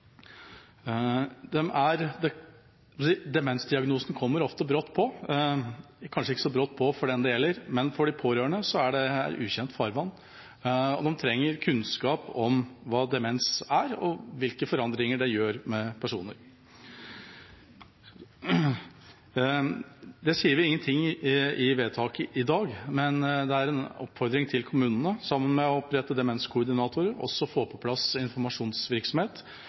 Demensdiagnosen kommer ofte brått på – kanskje ikke så brått for dem det gjelder – men for de pårørende er dette ukjent farvann, og de trenger kunnskap om hva demens er, og hvilke forandringer det gjør med personer. Dette sier vi ingenting om i forslag til vedtak i dag, men det er en oppfordring til kommunene om, samtidig som de oppretter demenskoordinatorer, også å få på plass informasjonsvirksomhet,